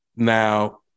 now